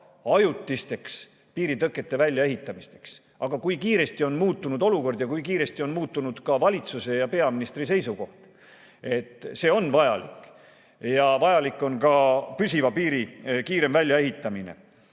ajutiste piiritõkete väljaehitamiseks. Aga kui kiiresti on muutunud olukord ja kui kiiresti on muutunud ka valitsuse ja peaministri seisukoht. See on vajalik ja vajalik on ka püsiva piiri kiirem väljaehitamine.